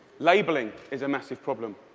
labeling is a massive problem.